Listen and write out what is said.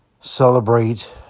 celebrate